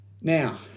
Now